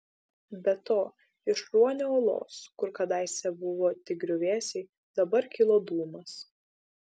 be to iš ruonio uolos kur kadaise buvo tik griuvėsiai dabar kilo dūmas